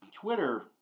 Twitter